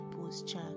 posture